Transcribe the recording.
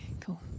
cool